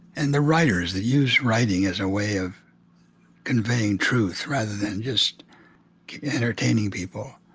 and the writers that use writing as a way of conveying truth rather than just entertaining people.